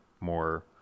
more